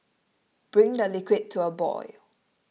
bring the liquid to a boil